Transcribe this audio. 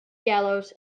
gallows